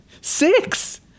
Six